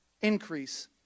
increase